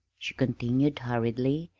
she continued hurriedly,